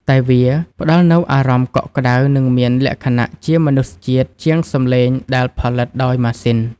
ដែលវាផ្តល់នូវអារម្មណ៍កក់ក្តៅ និងមានលក្ខណៈជាមនុស្សជាតិជាងសម្លេងដែលផលិតដោយម៉ាស៊ីន។